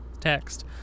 text